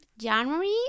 January